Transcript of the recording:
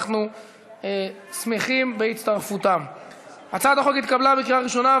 התשע"ז 2017,